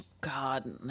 God